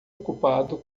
ocupado